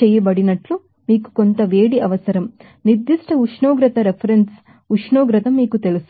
చేయబడినట్లు మీకు కొంత వేడి అవసరం కాన్స్టాంట్ టెంపరేచర్ కు నిర్దిష్ట ఉష్ణోగ్రతకు రిఫరెన్స్ ఉష్ణోగ్రత మీకు తెలుసు